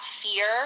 fear